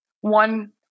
one